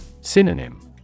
Synonym